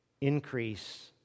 increase